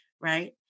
Right